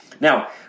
Now